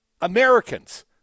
Americans